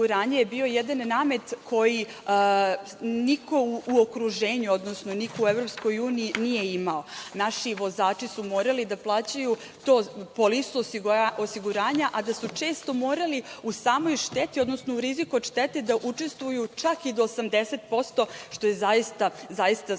je bio jedan namet koji niko u okruženju, odnosno niko u EU nije imao. Naši vozači su morali da plaćaju polisu osiguranja, a da su često morali u samoj šteti, odnosno u riziku od štete da učestvuju čak i do 80%, što je zaista jako